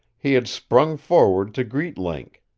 he had sprung forward to greet link.